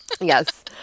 Yes